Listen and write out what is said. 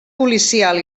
policial